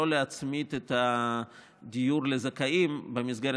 לא להצמיד את הדיור לזכאים במסגרת